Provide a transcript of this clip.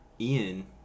Ian